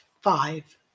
Five